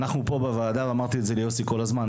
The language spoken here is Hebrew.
אנחנו פה בוועדה ואמרתי את זה ליוסי כל הזמן,